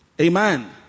Amen